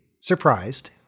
surprised